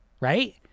right